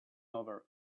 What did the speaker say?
over